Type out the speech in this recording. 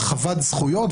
הרחבת זכויות,